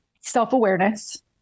self-awareness